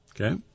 Okay